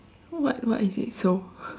what what is it so